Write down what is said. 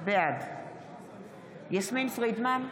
בעד יסמין פרידמן,